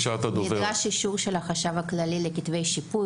נדרש אישור של החשב הכללי לכתבי שיפוי,